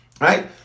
right